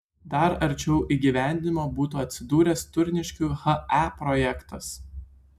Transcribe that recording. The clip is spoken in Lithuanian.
dar arčiau įgyvendinimo buvo atsidūręs turniškių he projektas